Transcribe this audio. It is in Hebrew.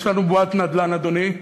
יש לנו בועת נדל"ן, אדוני,